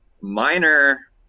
Minor